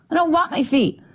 i don't want my feet.